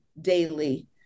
daily